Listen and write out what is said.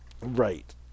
right